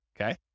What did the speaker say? okay